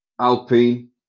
Alpine